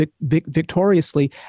victoriously